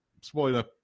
spoiler